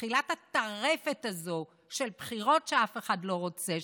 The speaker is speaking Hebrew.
תחילת הטרפת הזאת של בחירות שאף אחד לא רוצה,